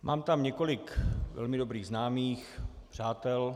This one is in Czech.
Mám tam několik velmi dobrých známých, přátel.